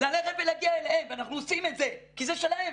ללכת ולהגיע אליהם ואנחנו עושים את זה כי זה שלהם